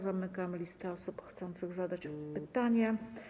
Zamykam listę osób chcących zadać pytania.